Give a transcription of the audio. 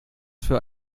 für